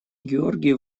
георгий